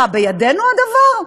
מה, בידינו הדבר?